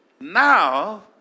now